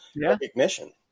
recognition